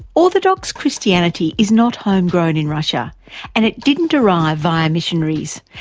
orthodox christianity is not home-grown in russia and it didn't arrive via missionaries,